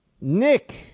Nick